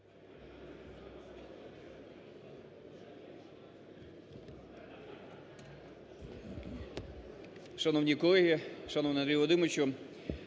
Шановні колеги, шановний Андрій Володимирович,